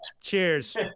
Cheers